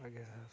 ଆଜ୍ଞା ସାର୍